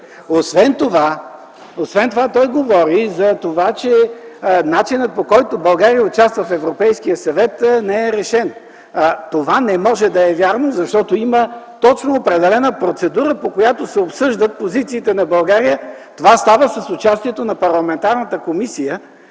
веднъж. Той говори за това, че начинът, по който България участва в Европейския съвет не е решен, а това не може да е вярно, защото има точно определена процедура, по която се обсъждат позициите на България. Това става с участието на Парламентарната комисия,